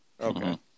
okay